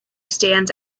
stands